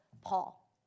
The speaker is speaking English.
Paul